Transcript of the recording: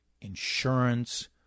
insurance